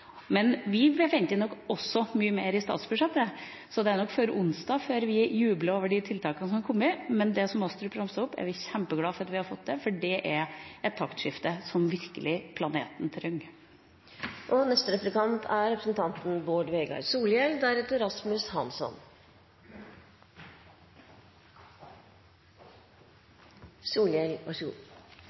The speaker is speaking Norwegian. men vi forventer nok også mye mer i statsbudsjettet, så det er nok ikke før onsdag at vi jubler over de tiltakene som er kommet. Men det som Astrup ramset opp, er vi kjempeglad for at vi har fått til, for det er et taktskifte som planeten virkelig trenger. Det kanskje aller mest interessante ved representanten